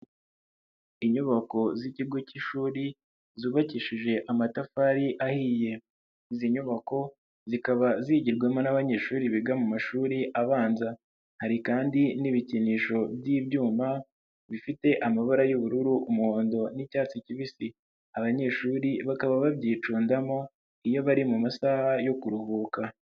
Inyubako z'ikigo cy'ishuri zubakishije amatafari ahiye, izi nyubako zikaba zigirwamo n'abanyeshuri biga mu mashuri abanza, hari kandi n'ibikinisho by'ibyuma bifite amabara y'ubururu, umuhondo n'icyatsi kibisi, abanyeshuri bakaba babyicundamo iyo bari mu masaha yo kuruhuka.